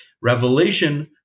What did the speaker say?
revelation